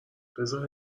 بزار